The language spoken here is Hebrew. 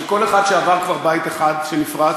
כל אחד שעבר כבר בית אחד שנפרץ,